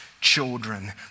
children